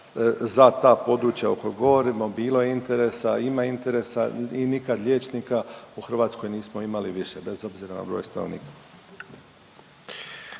interesa, ima interesa i nikad liječnika u Hrvatskoj nismo imali više bez obzira na broj stanovnika.